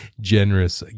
generous